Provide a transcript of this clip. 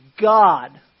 God